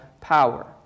power